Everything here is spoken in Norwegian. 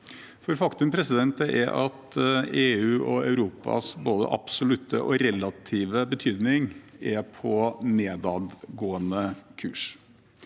Faktum er at EU og Europas både absolutte og relative betydning er på nedadgående kurs.